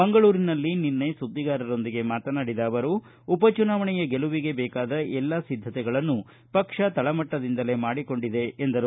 ಮಂಗಳೂರಿನಲ್ಲಿ ನಿನ್ನೆ ಸುದ್ದಿಗಾರರೊಂದಿಗೆ ಮಾತನಾಡಿದ ಅವರು ಉಪ ಚುನಾವಣೆಯ ಗೆಲುವಿಗೆ ಬೇಕಾದ ಎಲ್ಲಾ ಸಿದ್ಧತೆಗಳನ್ನು ಪಕ್ಷ ತಳಮಟ್ಟದಿಂದಲೇ ಮಾಡಿಕೊಂಡಿದೆ ಎಂದರು